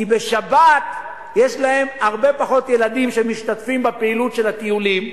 כי בשבת יש להם הרבה פחות ילדים שמשתתפים בפעילות של הטיולים,